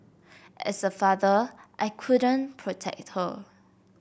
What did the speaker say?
as a father I couldn't protect her